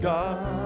God